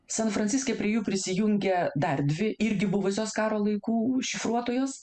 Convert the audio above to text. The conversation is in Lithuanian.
san franciske prie jų prisijungia dar dvi irgi buvusios karo laikų šifruotojos